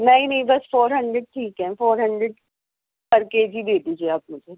نہیں نہیں بس فور ہنڈریڈ ٹھیک ہے فور ہنڈریڈ پر کے جی دے دیجیے آپ مجھے